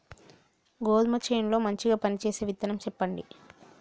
గోధుమ చేను లో మంచిగా పనిచేసే విత్తనం చెప్పండి?